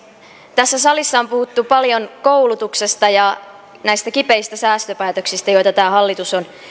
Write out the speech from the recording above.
tässä salissa on puhuttu paljon koulutuksesta ja näistä kipeistä säästöpäätöksistä joita tämä hallitus on